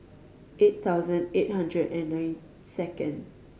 eight thousand eight hundred and nine second